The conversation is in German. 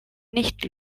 nicht